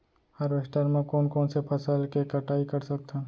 Harvester म कोन कोन से फसल के कटाई कर सकथन?